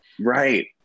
right